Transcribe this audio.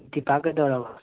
ꯗꯤꯄꯥ ꯀꯩꯗꯧꯔꯕ